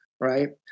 Right